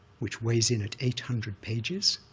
which weighs in at eight hundred pages.